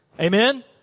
Amen